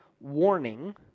warning